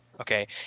okay